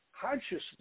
consciousness